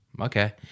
Okay